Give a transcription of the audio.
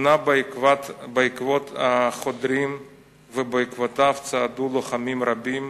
הוא נע בעקבות החודרים ובעקבותיו צעדו לוחמים רבים,